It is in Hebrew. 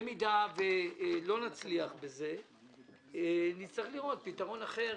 במידה ולא נצליח בזה נצטרך לראות פתרון אחר.